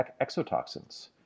exotoxins